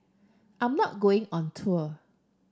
I'm not going on tour